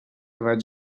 vaig